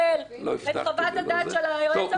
לא הבטחתי.